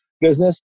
business